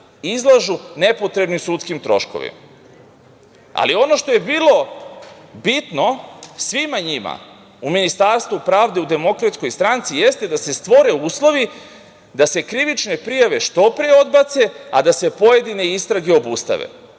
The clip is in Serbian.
izlažu nepotrebnim sudskim troškovima. Ali ono što je bilo bitno svima njima u Ministarstvu pravde u DS jeste da se stvore uslovi da se krivične prijave što pre odbace, a da se pojedine istrage obustave.